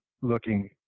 looking